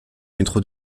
métro